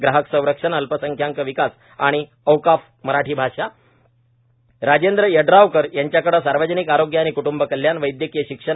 ग्राहक संरक्षण अल्पसंख्यांक विकास आणि औकाफ मराठी भाषा राजेंद्र यड्रावकर यांच्याकडे सार्वजनिक आरोग्य आणि क्ट्ंब कल्याण वैद्यकीय शिक्षण